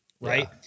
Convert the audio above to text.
right